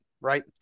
right